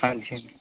ਹਾਂਜੀ